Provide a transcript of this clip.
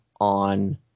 On